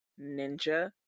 Ninja